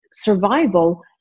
survival